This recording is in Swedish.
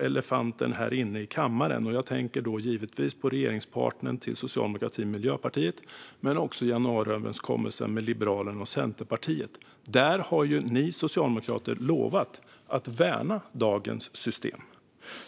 elefanten här inne i kammaren. Jag tänker givetvis på regeringspartnern till socialdemokratin, Miljöpartiet, men också på januariöverenskommelsen med Liberalerna och Centerpartiet. Där har ju ni socialdemokrater lovat att värna dagens system.